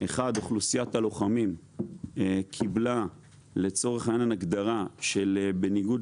1. אוכלוסיית הלוחמים קיבלה לצורך העניין הגדרה בניגוד